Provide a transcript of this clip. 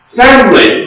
family